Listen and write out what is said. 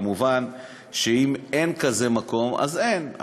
כמובן, אם אין כזה מקום, אז אין.